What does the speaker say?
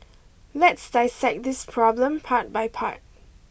let's dissect this problem part by part